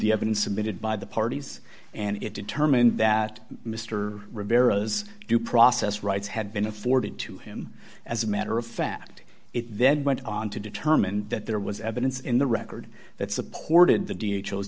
the evidence submitted by the parties and it determined that mr rivera's due process rights had been afforded to him as a matter of fact it then went on to determine that there was evidence in the record that supported the da chose